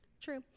True